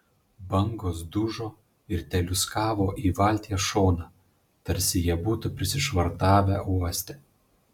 bangos dužo ir teliūskavo į valties šoną tarsi jie būtų prisišvartavę uoste